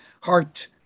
heart